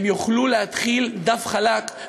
הם יוכלו להתחיל דף חדש.